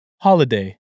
holiday